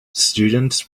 students